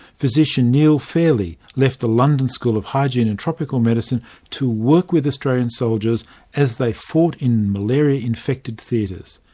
physician neil fairley left the london school of hygiene and tropical medicine to work with australian soldiers as they fought in malaria-infected theatres.